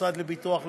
המוסד לביטוח לאומי,